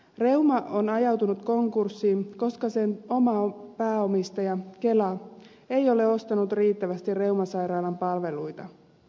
reuma on ajautunut konkurssiin koska sen oma pääomistaja kela ei ole ostanut riittävästi reumasairaalan palveluita